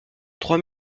trois